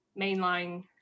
mainline